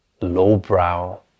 lowbrow